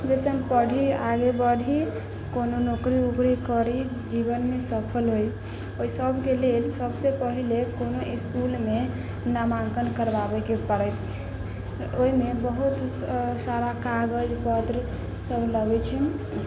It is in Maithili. जाहिसँ हम पढ़ी आगे बढ़ी कोनो नौकरी वौकरी करी जीवनमे सफल होइ ओहि सबके लेल सबसँ पहिले कोनो इसकुलमे नामाङ्कन करबाबैके पड़ै छै ओहिमे बहुत सारा कागज पत्तरसब लगै छै